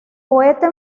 poeta